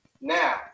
now